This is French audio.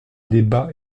débat